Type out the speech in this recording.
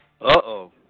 Uh-oh